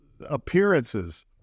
appearances